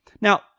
Now